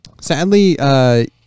sadly